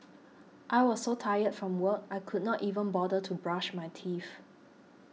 I was so tired from work I could not even bother to brush my teeth